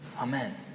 Amen